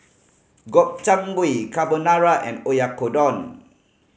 Gobchang Gui Carbonara and Oyakodon